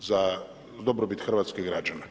za dobrobit hrvatskih građana.